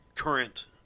current